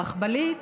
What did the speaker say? הרכבלית